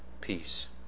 peace